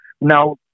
now